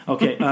Okay